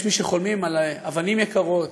יש מי שחולמים על אבנים יקרות,